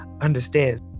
understands